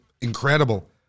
Incredible